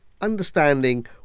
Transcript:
understanding